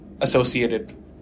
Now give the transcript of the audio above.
associated